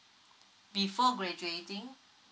before graduating